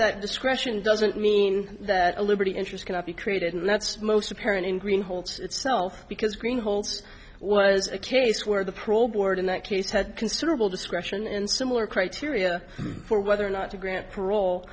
that discretion doesn't mean that a liberty interest cannot be created and that's most apparent in green holds itself because green holds was a case where the pro board in that case had considerable discretion in similar criteria for whether or not to grant parole